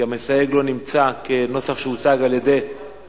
כי המסתייג לא נמצא, בנוסח שהוצג על-ידי